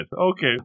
Okay